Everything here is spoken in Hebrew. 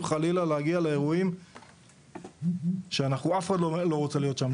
חלילה להגיע לאירועים שאנחנו אף אחד לא רוצה להיות שם.